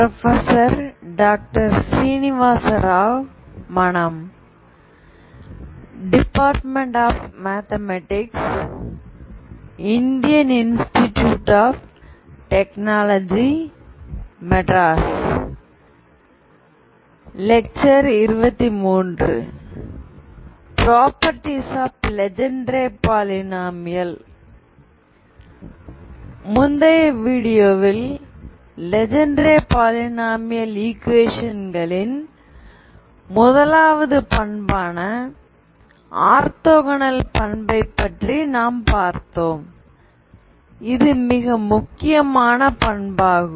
properties of Legendre polynomial முந்தைய வீடியோவில் Legendre polynomial ஈக்குவேஷன்களின் 1வது பண்பான ஆர்தோகோனல் பண்பை பற்றி நாம் பார்த்தோம் இது மிக முக்கியமான பண்பாகும்